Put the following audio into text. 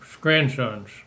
grandsons